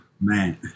man